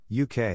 UK